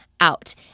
out